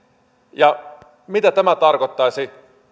mitä tämä tarkoittaisi